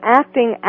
acting